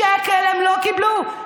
שקל הם לא קיבלו.